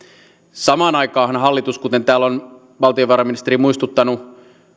samaan aikaanhan hallitus kuten täällä on valtiovarainministeri muistuttanut